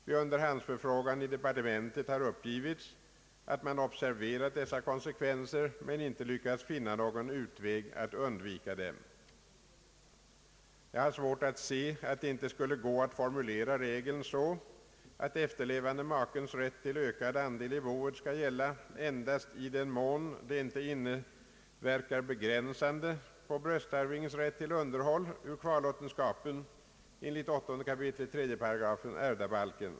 Vid underhandsförfrågan i departementet har uppgivits att man observerat dessa konsekvenser men inte lyckats finna någon utväg att undvika dem. Jag har svårt att se att det inte skulle gå att formulera regeln så att efterlevande makes rätt till ökad andel i boet skall gälla endast i den mån det inte inverkar begränsande på bröstarvinges rätt till underhåll! ur kvarlåtenskapen enligt 8 kap. 38 ärvdabalken.